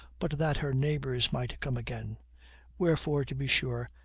but that her neighbors might come again wherefore, to be sure,